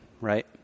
right